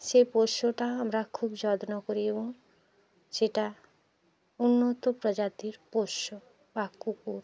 সে পোষ্যটা আমরা খুব যত্ন করি এবং সেটা উন্নত প্রজাতির পোষ্য বা কুকুর